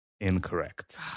incorrect